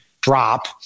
drop